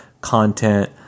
content